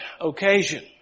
occasion